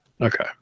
okay